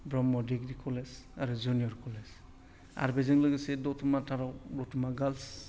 Brahma degree college आरो junior college आरो बेजों लोगोसे दतमाथाराव दतमा गार्ल्स